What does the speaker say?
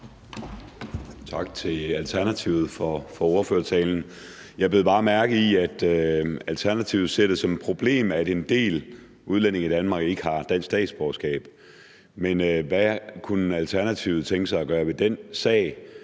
Tak til Alternativet for ordførertalen. Jeg bed bare mærke i, at Alternativet ser det som et problem, at en del udlændinge i Danmark ikke har dansk statsborgerskab. Men hvad kunne Alternativet tænke sig at gøre ved den sag?